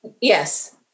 Yes